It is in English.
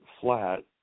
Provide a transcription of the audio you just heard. flat